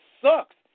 sucks